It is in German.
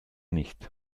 nicht